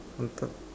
on top